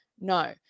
no